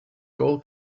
goal